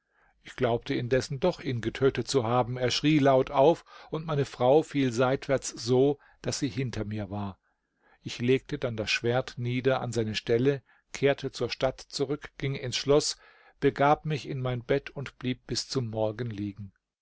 ich glaubte indessen doch ihn getötet zu haben er schrie laut auf und meine frau fiel seitwärts so daß sie hinter mir war ich legte dann das schwert nieder an seine stelle kehrte zur stadt zurück ging ins schloß begab mich in mein bett und blieb bis zum morgen liegen